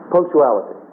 Punctuality